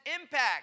impact